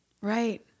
Right